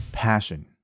passion